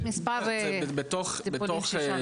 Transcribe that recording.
יש כמה טיפולים שאפשר לקבל.